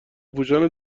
پوشان